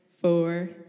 four